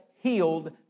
healed